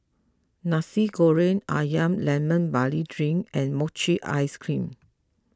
Nasi Goreng Ayam Lemon Barley Drink and Mochi Ice Cream